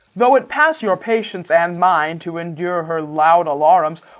though it pass your patience and mine to endure her loud alarums,